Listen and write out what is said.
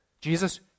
Jesus